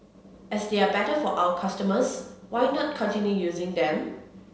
as they are better for our customers why not continue using them